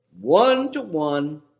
One-to-one